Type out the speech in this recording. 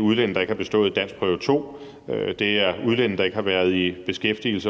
udlændinge, der ikke har bestået danskprøve 2, udlændinge, der ikke har været i ordinær beskæftigelse